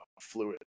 fluid